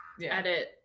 edit